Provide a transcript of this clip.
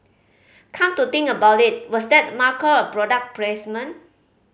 come to think about it was that marker a product placement